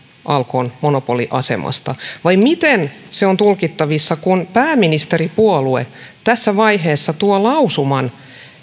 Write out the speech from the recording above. alkon monopoliasemasta vai miten se on tulkittavissa kun pääministeripuolue tässä vaiheessa tuo lausuman